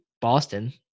Boston